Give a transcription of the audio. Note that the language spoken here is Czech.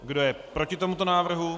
Kdo je proti tomuto návrhu?